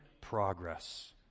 progress